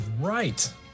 right